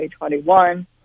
2021